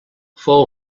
fou